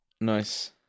Nice